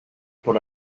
por